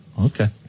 Okay